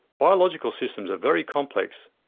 biological systems are very complex,